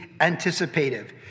anticipative